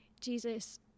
Jesus